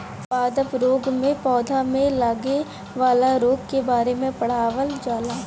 पादप रोग में पौधा में लागे वाला रोग के बारे में पढ़ावल जाला